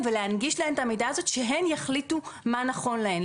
ולהנגיש להם את המידע הזה שהן יחליטו מה נכון להן.